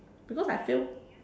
because I fail